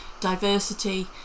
diversity